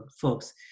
folks